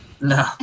No